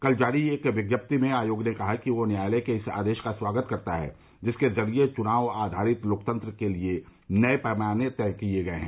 कल जारी एक विज्ञप्ति में आयोग ने कहा है कि वह न्यायालय के इस आदेश का स्वागत करता है जिसके जरिये चुनाव आधारित लोकतंत्र के लिए नए पैमाने तय किये गये हैं